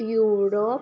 Europe